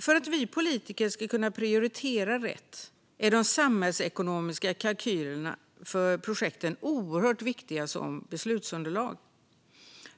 För att vi politiker ska kunna prioritera rätt är de samhällsekonomiska kalkylerna för projekten oerhört viktiga som beslutsunderlag.